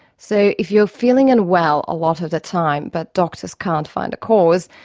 so if you're feeling unwell a lot of the time, but doctors can't find a cause,